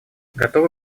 готовы